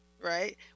right